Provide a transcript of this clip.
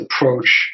approach